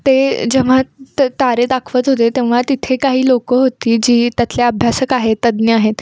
ते जेव्हा त तारे दाखवत होते तेव्हा तिथे काही लोक होती जी त्यातल्या अभ्यासक आहे तज्ञ आहेत